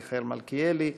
מיכאל מלכיאלי,